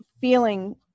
feeling